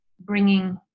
bringing